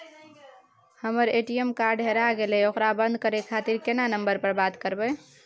हमर ATM card हेराय गेले ओकरा बंद करे खातिर केना नंबर पर बात करबे?